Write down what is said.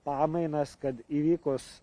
pamainas kad įvykus